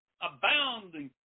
abounding